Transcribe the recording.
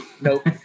nope